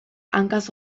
hankaz